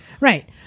right